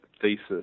thesis